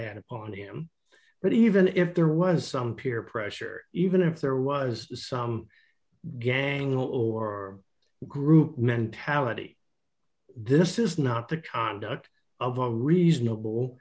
had upon him but even if there was some peer pressure even if there was some gang or group mentality this is not the conduct of a reasonable